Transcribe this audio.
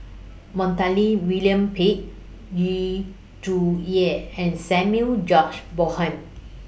Montague William Pett Yu Zhuye and Samuel George Bonham